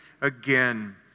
again